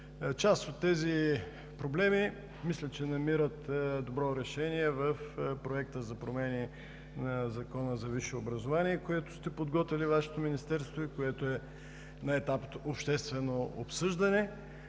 Част от тези проблеми, мисля, че намират добро решение в Проекта за промени на Закона за висше образование, което сте подготвили от Вашето Министерство и което е на етап обществено обсъждане.